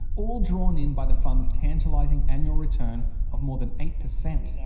all drawn in by the fund's tantalising annual return of more than eight per cent. yeah